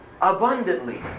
abundantly